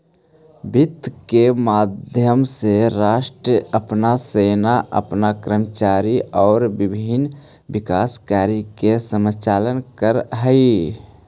वित्त के माध्यम से राष्ट्र अपन सेना अपन कर्मचारी आउ विभिन्न विकास कार्य के संचालन करऽ हइ